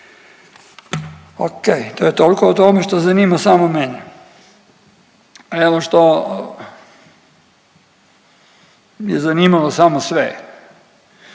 Ok, to je toliko o tome što zanima samo mene. Evo što je zanimalo samo sve